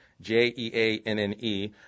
J-E-A-N-N-E